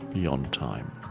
beyond time